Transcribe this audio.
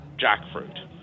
jackfruit